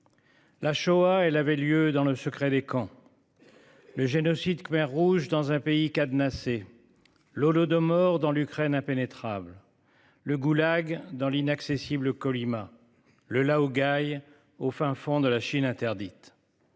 La Shoah, elle avait lieu dans le secret des quand. Le génocide khmer rouge dans un pays cadenassé l'Holodomor dans l'Ukraine impénétrable. Le goulag dans l'inaccessible Colima le là-haut Gail au fin fond de la Chine interdite.